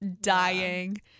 dying